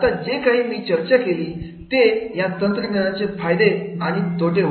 आता जे काही मी चर्चा केली ते होते या तंत्रज्ञानाचे फायदे आणि तोटे